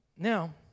Now